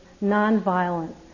non-violent